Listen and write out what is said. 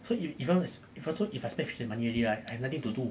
so if if I want to if I spend finish the money right I have nothing to do